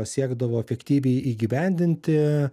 siekdavo efektyviai įgyvendinti